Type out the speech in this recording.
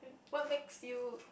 what makes you